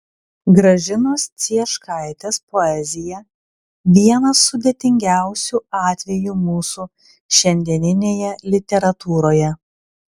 gražinos cieškaitės poezija vienas sudėtingiausių atvejų mūsų šiandieninėje literatūroje